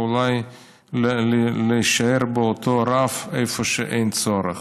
ואולי להישאר באותו רף במקום שאין צורך.